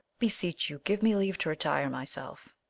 beseech you, give me leave to retire myself.